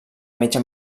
metge